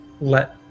let